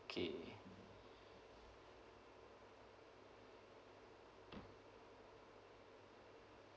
okay